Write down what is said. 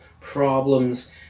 problems